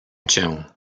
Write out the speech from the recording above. cię